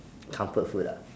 comfort food uh